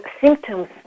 symptoms